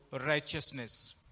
righteousness